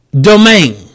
domain